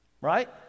Right